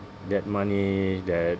that money that